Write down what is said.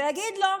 ויגיד לו: